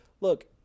look